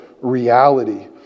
reality